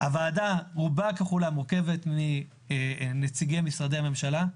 הוועדה רובה ככולה מורכבת מנציגי משרדי הממשלה.